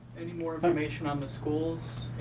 any more information on the schools?